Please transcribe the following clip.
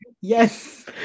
Yes